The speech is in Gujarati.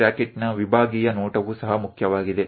આ રોકેટનો સેકશનલ વ્યુ વિભાગીય દૃષ્ટિકોણ પણ મહત્વપૂર્ણ છે